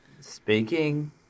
Speaking